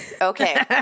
Okay